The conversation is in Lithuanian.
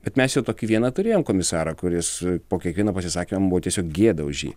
bet mes jau tokį vieną turėjom komisarą kuris po kiekvieno pasisakymo buvo tiesiog gėda už jį